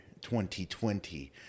2020